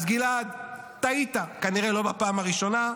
אז גלעד, טעית, כנראה לא בפעם הראשונה,